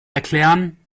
erklären